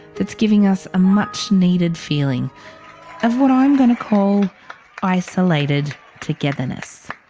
that's giving us a much needed feeling of what i'm gonna call isolated togetherness